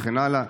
וכן הלאה.